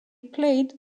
played